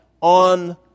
on